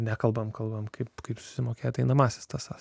nekalbame kalbame kaip kaip susimokėti einamąsias sąskaitas